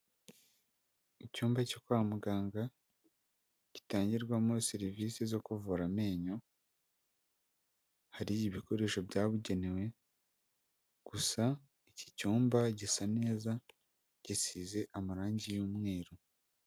Icyumba cyo kwa muganga gitangirwamo serivisi zo kuvura amenyo, hari ibikoresho byabugenewe gusa, iki cyumba gisa neza gisize amarangi y'umweru.